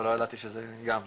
לא ידעתי שזה גם תחתיכם.